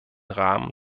rahmen